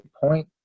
point